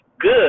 good